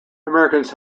americans